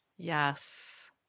Yes